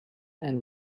and